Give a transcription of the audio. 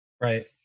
Right